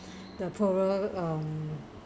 the poorer um